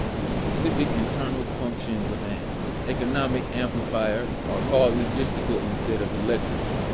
the specific internal functions of an economic amplifier are called logistical instead of electrical.